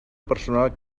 personal